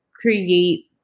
create